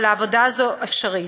אבל העבודה הזאת אפשרית,